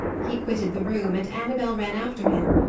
he quitted the room, and annabel ran after him,